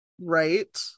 right